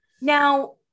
Now